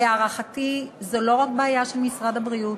להערכתי זו לא רק בעיה של משרד הבריאות,